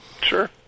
sure